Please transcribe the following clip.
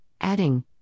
adding